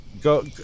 Go